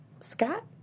scott